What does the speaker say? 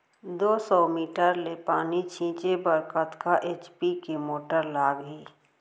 दो सौ मीटर ले पानी छिंचे बर कतका एच.पी के मोटर लागही?